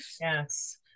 Yes